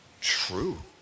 true